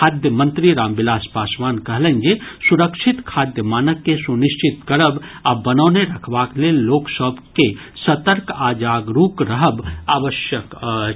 खाद्य मंत्री रामविलास पासवान कहलनि जे सुरक्षित खाद्य मानक के सुनिश्चित करब आ बनौने रखबाक लेल लोकसभ के सतर्क आ जागरूक रहब आवश्यक अछि